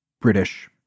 British